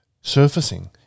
surfacing